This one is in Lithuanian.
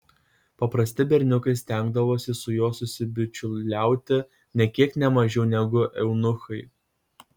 paprasti berniukai stengdavosi su juo susibičiuliauti nė kiek ne mažiau negu eunuchai